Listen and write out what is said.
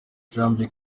janvier